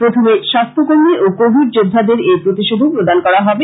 প্রথমে স্বাস্থ্যকর্মী ও কোভিড যোদ্ধাদের এই প্রতিষেধক প্রদান করা হবে